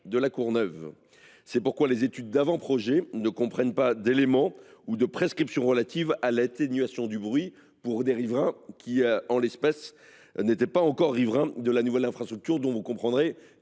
de La Courneuve : c’est pourquoi les études d’avant projet ne comprennent pas d’éléments ou de prescriptions relatives à l’atténuation du bruit pour les riverains. En l’espèce, ils n’étaient pas encore riverains de cette nouvelle infrastructure, qui présente